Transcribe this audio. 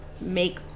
make